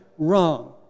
wrong